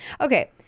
Okay